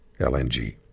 LNG